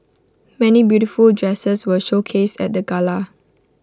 many beautiful dresses were showcased at the gala